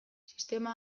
sistema